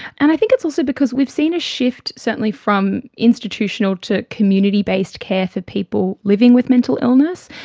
and i think it's also because we've seen a shift certainly from institutional to community-based care for people living with mental illness,